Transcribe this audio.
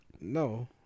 No